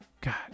god